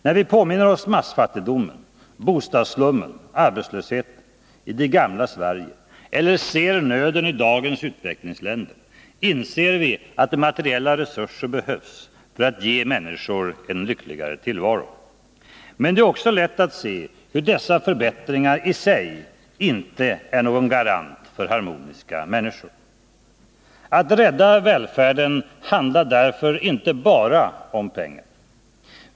När vi påminner oss massfattigdomen, bostadsslummen, arbetslösheten i det gamla Sverige eller ser nöden i dagens utvecklingsländer, inser vi att materiella resurser behövs för att ge människor en lyckligare tillvaro. Men det är också lätt att se att dessa förbättringar i sig inte är någon garant för att vi skall få harmoniska människor. Att rädda välfärden handlar därför inte bara om pengar.